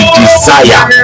desire